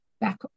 back